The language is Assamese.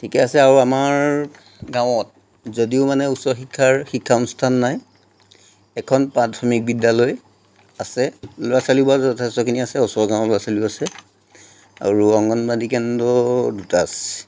ঠিকে আছে আৰু আমাৰ গাঁৱত যদিও মানে উচ্চ শিক্ষাৰ শিক্ষানুষ্ঠান নাই এখন প্ৰাথমিক বিদ্যালয় আছে ল'ৰা ছোৱালী বাৰু যথেষ্টখিনি আছে ওচৰৰ গাঁৱৰ ল'ৰা ছোৱালীও আছে আৰু অংগণবাদি কেন্দ্ৰ দুটা আছে